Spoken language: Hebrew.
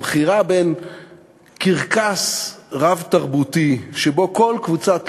הבחירה בין קרקס רב-תרבותי שבו כל קבוצת לחץ,